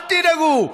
אל תדאגו,